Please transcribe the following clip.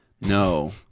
No